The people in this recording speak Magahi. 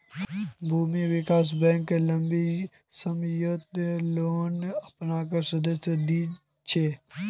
भूमि विकास बैंक लम्बी सम्ययोत लोन अपनार सदस्यक दी छेक